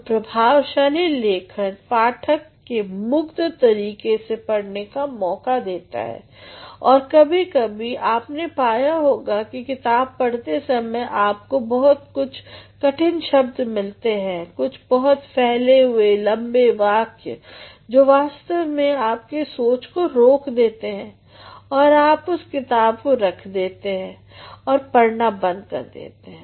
तो प्रभावशाली लेखन पाठक को मुग्ध तरीके से पढ़ने का मौका देता है और कभी कभी आपने पाया होगा कि किताब पढ़ते समय आपको कुछ बहुत कठिन शब्द मिलते हैं कुछ बहुत फैले हुए लम्बे वाक्य जो वास्तव में आपके सोच को रोक देते हैं और आप उस किताब को रख देते हैं और पढ़ना बंद कर देते हैं